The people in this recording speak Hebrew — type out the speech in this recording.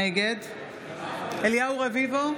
נגד אליהו רביבו,